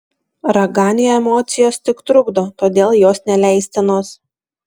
raganiui emocijos tik trukdo todėl jos neleistinos